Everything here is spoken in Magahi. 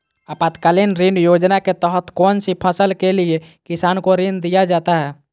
आपातकालीन ऋण योजना के तहत कौन सी फसल के लिए किसान को ऋण दीया जाता है?